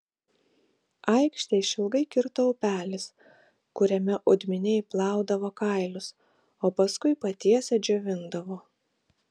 aikštę išilgai kirto upelis kuriame odminiai plaudavo kailius o paskui patiesę džiovindavo